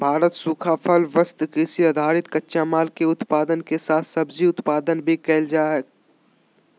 भारत सूखा फल, वस्त्र, कृषि आधारित कच्चा माल, के उत्पादन के साथ सब्जी उत्पादन भी कैल जा हई